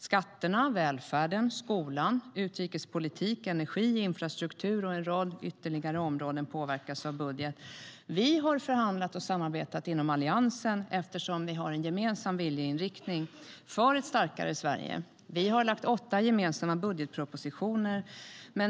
Skatterna, välfärden, skolan, utrikespolitiken, energin, infrastrukturen och en rad ytterligare områden påverkas av budgeten. Inom Alliansen har vi förhandlat och samarbetat eftersom vi har en gemensam viljeinriktning för ett starkare Sverige. Vi har lagt åtta gemensamma budgetpropositioner.